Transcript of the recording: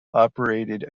operated